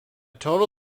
total